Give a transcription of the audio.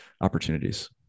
opportunities